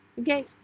Okay